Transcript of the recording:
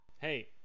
Hey